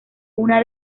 una